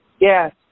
Yes